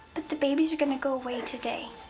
but the babies are going to go away today.